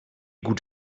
gut